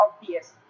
obvious